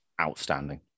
outstanding